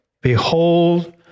behold